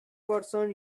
person